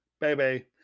baby